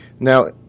Now